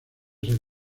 ser